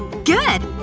good!